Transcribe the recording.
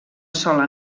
sola